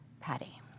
Patty